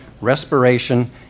respiration